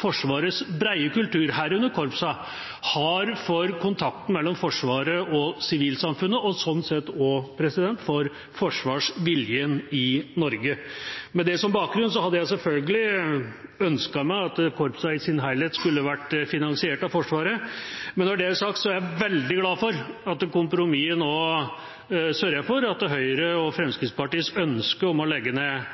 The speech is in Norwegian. Forsvarets brede kultur – herunder korpsene – har for kontakten mellom Forsvaret og sivilsamfunnet og sånn sett også for forsvarsviljen i Norge. Med det som bakgrunn hadde jeg selvfølgelig ønsket at korpsene i sin helhet var finansiert av Forsvaret. Men når det er sagt, er jeg veldig glad for at kompromisset nå sørger for at Høyre og Fremskrittspartiets ønske om å legge ned